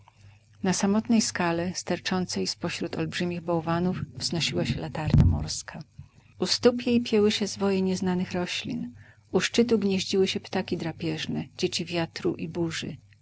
na samotnej skale sterczącej z pośród olbrzymich bałwanów wznosiła się latarnia morska u stóp jej pięły się zwoje nieznanych roślin u szczytu gnieździły się ptaki drapieżne dzieci wiatru i burzy